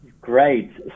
Great